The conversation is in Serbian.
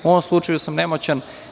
U ovom slučaju sam nemoćan.